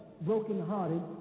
brokenhearted